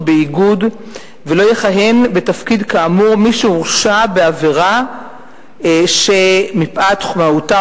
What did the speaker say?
באיגוד ולא יכהן בתפקיד כאמור מי שהורשע בעבירה שמפאת מהותה,